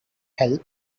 help